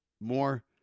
more